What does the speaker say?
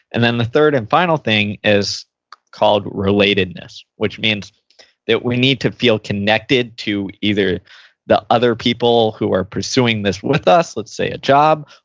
and then the third and final thing is called relatedness, which means that we need to feel connected to either the other people who are pursuing this with us, let's say a job.